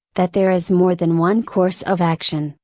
that there is more than one course of action,